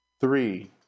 Three